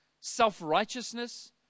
self-righteousness